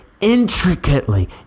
intricately